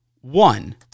One